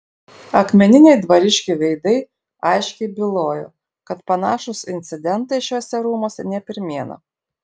akmeniniai dvariškių veidai aiškiai bylojo kad panašūs incidentai šiuose rūmuose ne pirmiena